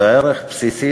זה ערך בסיסי,